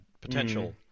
potential